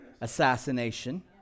assassination